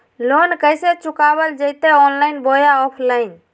Loan कैसे चुकाबल जयते ऑनलाइन बोया ऑफलाइन?